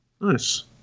nice